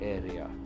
area